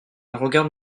regarde